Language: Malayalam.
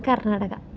കർണാടക